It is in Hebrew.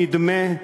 נדמה,